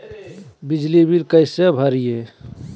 बिजली बिल कैसे भरिए?